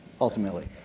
ultimately